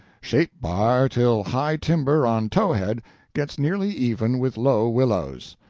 shape bar till high timber on towhead gets nearly even with low willows.